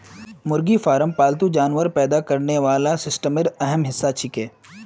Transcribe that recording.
मुर्गी फार्म पालतू जानवर पैदा करने वाला सिस्टमेर अहम हिस्सा छिके